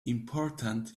important